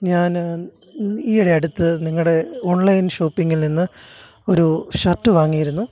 ഞാൻ ഈയിടെ അടുത്ത് നിങ്ങളുടെ ഓൺലൈൻ ഷോപ്പിങിൽനിന്ന് ഒരു ഷർട്ട് വാങ്ങിയിരുന്നു